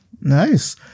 Nice